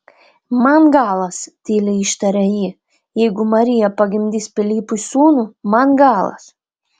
man galas tyliai ištarė ji jeigu marija pagimdys pilypui sūnų man galas